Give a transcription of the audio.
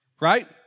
right